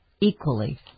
equally